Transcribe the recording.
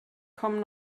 kommen